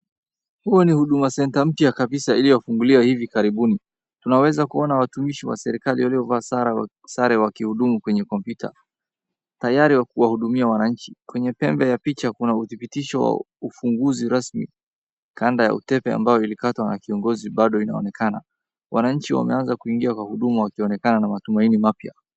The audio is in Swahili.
Huo ni huduma centre mpya kabisa iliyofunguliwa hivi karibuni, tunaweza kuwaona watumishi wa serikali waliovaa sare wakihudumu kwenye kompyuta tayari wakiwahudumia wananchi. Kwenye pembe ya picha kuna uthibitisho wa ufunguzi rasmi, kanda ya utepe iliyokatwa na kiongozi bado inaonekana. Wananchi wameanza kuingia wahudumu wakionekana na matumaini mapya.